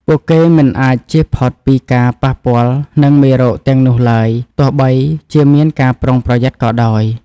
ពួកគេមិនអាចជៀសផុតពីការប៉ះពាល់នឹងមេរោគទាំងនោះឡើយ ទោះបីជាមានការប្រុងប្រយ័ត្នក៏ដោយ។